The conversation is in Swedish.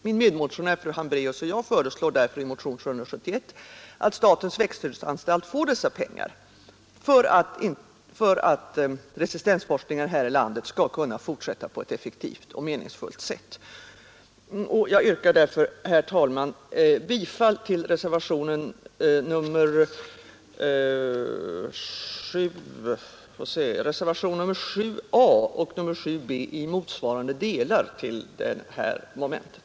Min medmotionär fru Hambraeus och jag föreslår i motionen 771 att statens växtskyddsanstalt får dessa pengar för att resistensforskningen här i landet skall kunna fortsätta på ett effektivt och meningsfullt sätt. Jag yrkar därför, herr talman, bifall till reservationen 7b vid jordbruksutskottets betänkande nr 1.